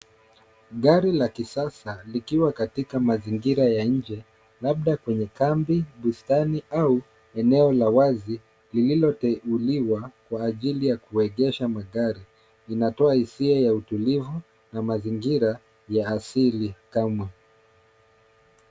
Gari la kisasa likiwa katika mazingira ya nje labda kwenye kambi, bustani au eneo la wazi lililoteuliwa kwa ajili ya kuegesha magari. Inatoa hisia ya utulivu na mazingira ya asili kamwe.